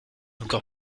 encore